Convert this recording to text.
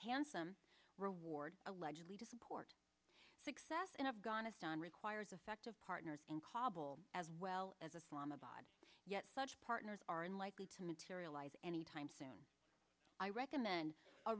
handsome reward allegedly to support success in afghanistan requires effective partners in kabul as well as a slum abroad yet such partners are unlikely to materialize anytime soon i recommend a